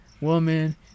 woman